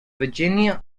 virginia